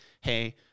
Hey